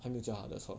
还没有加他的车